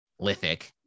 Lithic